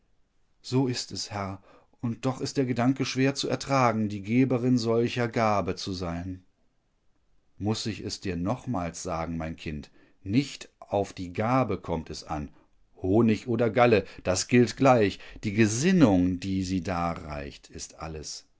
so ist es herr und doch ist der gedanke schwer zu ertragen die geberin solcher gabe zu sein muß ich es dir nochmals sagen mein kind nicht auf die gabe kommt es an honig oder galle das gilt gleich die gesinnung die sie darreicht ist alles